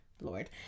Lord